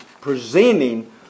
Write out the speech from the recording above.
presenting